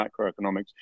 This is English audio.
macroeconomics